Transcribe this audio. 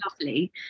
lovely